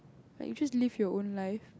like you just live your own life